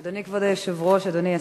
אדוני כבוד היושב-ראש, אדוני השר,